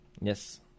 Yes